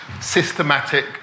systematic